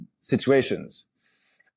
situations